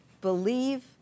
believe